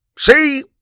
See